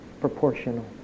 proportional